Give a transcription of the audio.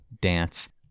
dance